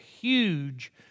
huge